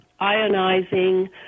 ionizing